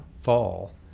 fall